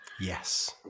yes